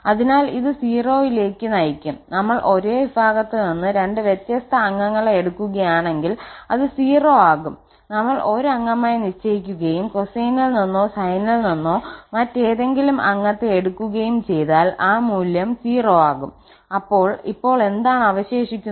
അതിനാൽ ഇത് 0 ലേക്ക് നയിക്കുംനമ്മൾ ഒരേ വിഭാഗത്തിൽ നിന്ന് രണ്ട് വ്യത്യസ്ത അംഗങ്ങളെ എടുക്കുകയാണെങ്കിൽ അത് 0 ആകുംനമ്മൾ 1 അംഗമായി നിശ്ചയിക്കുകയും കൊസൈനിൽ നിന്നോ സൈനിൽ നിന്നോ മറ്റേതെങ്കിലും അംഗത്തെ എടുക്കുകയും ചെയ്താൽ ആ മൂല്യം 0 ആകുംഅപ്പോൾ ഇപ്പോൾ എന്താണ് അവശേഷിക്കുന്നത്